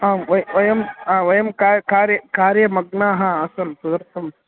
आम् व वयं हा वयं का कारे कारे मग्नाः आसं तदर्थं